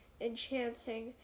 enchanting